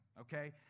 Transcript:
okay